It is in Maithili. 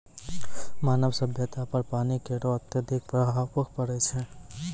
मानव सभ्यता पर पानी केरो अत्यधिक प्रभाव पड़ै छै